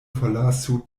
forlasu